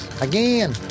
Again